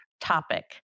topic